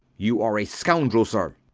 you are a scoundrel, sir.